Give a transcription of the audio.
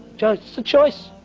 just a choice.